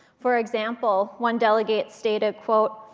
for example, one delegate stated, quote,